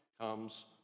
comes